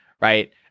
right